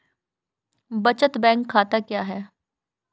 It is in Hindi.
बचत बैंक खाता क्या है?